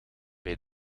bij